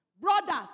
Brothers